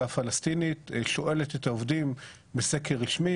הפלסטינית שואלת את העובדים בסקר רשמי,